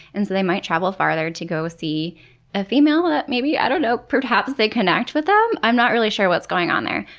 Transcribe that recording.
and so they might travel farther to go see a female that, i don't know, perhaps they connect with them? i'm not really sure what's going on there,